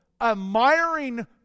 admiring